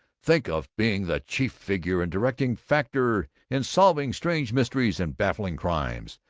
think of being the chief figure and directing factor in solving strange mysteries and baffling crimes.